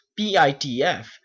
PITF